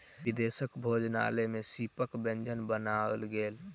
विदेशक भोजनालय में सीपक व्यंजन बनायल गेल